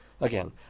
again